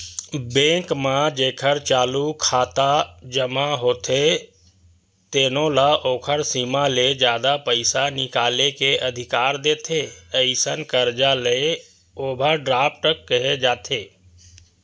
bank म जेखर चालू जमा खाता होथे तेनो ल ओखर सीमा ले जादा पइसा निकाले के अधिकार देथे, अइसन करजा ल ओवर ड्राफ्ट केहे जाथे